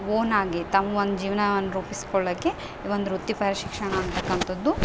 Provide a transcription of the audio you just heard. own ಆಗಿ ತಮ್ಮ ಒಂದು ಜೀವ್ನವನ್ನ ರೂಪಿಸ್ಕೊಳ್ಳೋಕ್ಕೆ ಈ ಒಂದು ವೃತ್ತಿಪರ ಶಿಕ್ಷಣ ಅಂತಕ್ಕಂಥದ್ದು